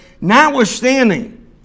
notwithstanding